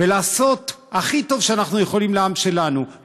ולעשות הכי טוב שאנחנו יכולים לעם שלנו,